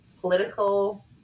political